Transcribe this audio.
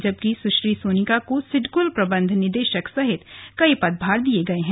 जबकि सुश्री सोनिका को सिडकुल प्रबंध निदेशक सहित कई पदभार दिये गये हैं